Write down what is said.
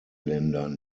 ländern